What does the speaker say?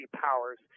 powers